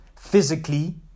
physically